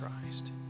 Christ